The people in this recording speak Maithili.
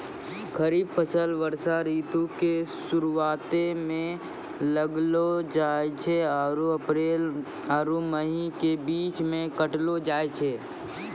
खरीफ फसल वर्षा ऋतु के शुरुआते मे लगैलो जाय छै आरु अप्रैल आरु मई के बीच मे काटलो जाय छै